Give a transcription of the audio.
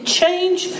change